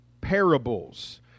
parables